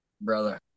Brother